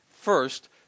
first